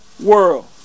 world